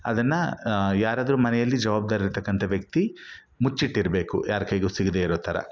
ಅದನ್ನು ಯಾರಾದರೂ ಮನೆಯಲ್ಲಿ ಜವಾಬ್ದಾರಿ ಇರ್ತಕ್ಕಂಥ ವ್ಯಕ್ತಿ ಮುಚ್ಚಿಟ್ಟಿರಬೇಕು ಯಾರ ಕೈಗೂ ಸಿಗದೇ ಇರೋ ಥರ